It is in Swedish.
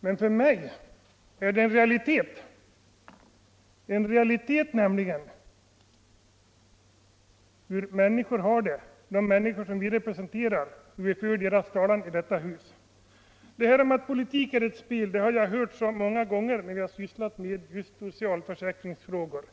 Men för mig är det en realitet hur de människor har det som vi representerar och vilkas talan vi för i detta hus. Detta att politik är ett spel har jag hört många gånger när vi har sysslat med just socialförsäkringsfrågor.